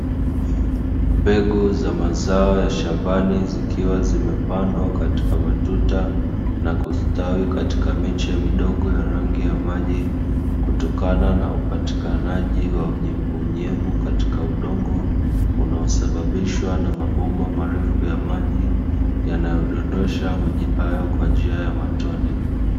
Mbegu za mazao ya shambani zikiwa zimepandwa katika matuta na kustawi katika miche midogo ya rangi ya maji, kutokana na upatikanaji wa unyevunyevu katika udongo unaosababishwa na mabomba marefu ya maji yanayodondosha maji hayo kwa njia ya matone.